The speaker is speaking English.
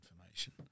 information